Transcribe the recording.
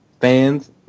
fans